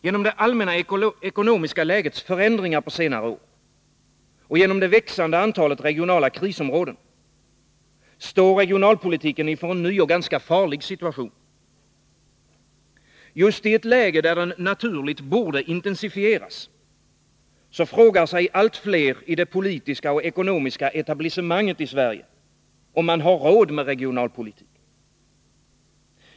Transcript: Genom det allmänna ekonomiska lägets förändringar på senare år och genom det växande antalet regionala krisområden står regionalpolitiken inför en ny och ganska farlig situation. Just i ett läge, där den naturligt borde intensifieras, frågar sig allt fler i det politiska och ekonomiska etablissemanget i Sverige om man har råd med regionalpolitik.